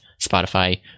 Spotify